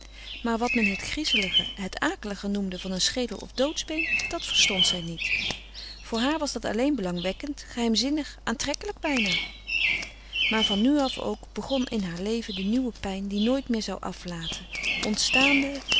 maar wat men het griezelige het akelige noemde van een schedel of doodsbeen dat verstond zij niet voor haar was dat alleen belangwekkend geheimzinnig aantrekkelijk bijna maar van nu af ook begon in haar leven de nieuwe pijn die nooit meer zou aflaten ontstaande